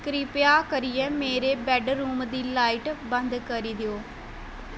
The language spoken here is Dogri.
किरपा करियै मेरे बैड्डरूम दी लाइट बंद करी देओ